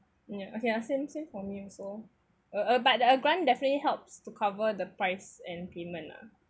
ya okay ya same same for me also uh but uh the grant definitely helps to cover the price and payment lah